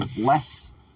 less